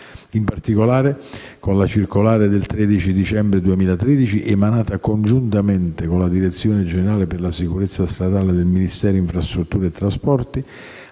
In particolare, con la circolare del 13 dicembre 2013, emanata congiuntamente con la direzione generale per la sicurezza stradale del Ministero delle infrastrutture e dei trasporti,